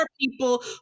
people